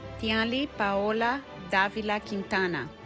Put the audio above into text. tianlly paola davila quintana